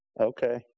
Okay